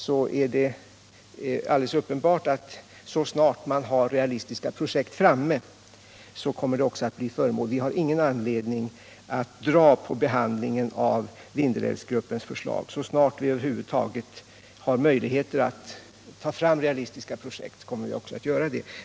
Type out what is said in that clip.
Det är alldeles uppenbart att det kommer att ske så snart man har realistiska projekt. Vi har ingen anledning att dra ut på behandlingen av Vindelälvsgruppens förslag. Så snart vi har möjligheter att ta fram realistiska projekt kommer vi också att göra det.